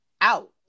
out